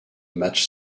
match